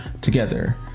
together